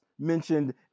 mentioned